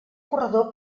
corredor